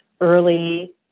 early